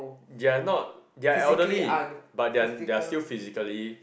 they are not they are elderly but they are they are still physically